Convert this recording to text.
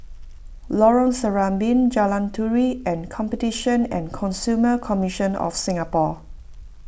Lorong Serambi Jalan Turi and Competition and Consumer Commission of Singapore